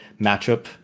matchup